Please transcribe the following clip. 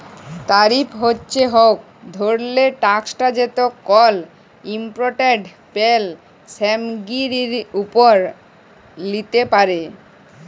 তারিফ হছে ইক ধরলের ট্যাকস যেট কল ইমপোর্টেড পল্য সামগ্গিরির উপর লিতে পারে